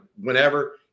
whenever